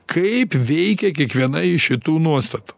kaip veikia kiekviena iš šitų nuostatų